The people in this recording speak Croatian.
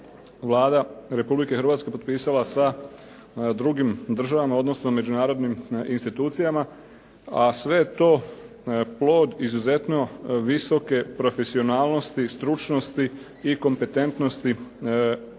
Vlada Republike Hrvatske potpisala sa drugim državama, odnosno međunarodnim institucijama, a sve je to plod izuzetno visoke profesionalnosti, stručnosti i kompetentnosti policajaca